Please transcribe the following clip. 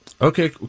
Okay